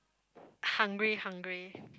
hungry hungry